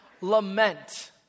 Lament